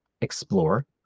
explore